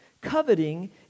Coveting